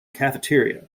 cafeteria